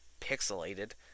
pixelated